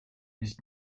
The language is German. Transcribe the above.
nicht